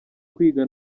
kwiga